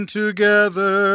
together